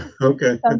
Okay